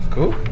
Cool